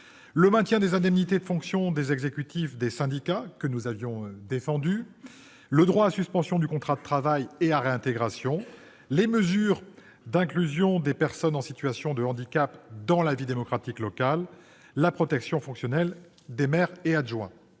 le maintien des indemnités de fonction des exécutifs des syndicats, mesure que nous avions défendue, le droit à suspension du contrat de travail et à réintégration, les mesures d'inclusion des personnes en situation de handicap dans la vie démocratique locale, la protection fonctionnelle des maires et adjoints.